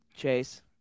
chase